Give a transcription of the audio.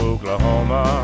Oklahoma